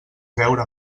beure